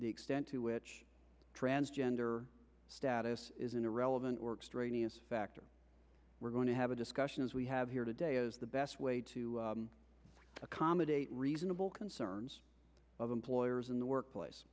the extent to which transgender status is an irrelevant or extraneous factor we're going to have a discussion as we have here today is the best way to accommodate reasonable concerns of employers in the workplace